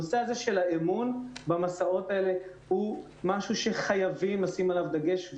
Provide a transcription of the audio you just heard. הנושא של האמון במסעות האלה הוא משהו שחייבים לשים עליו דגש.